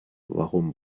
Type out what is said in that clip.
warum